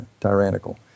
tyrannical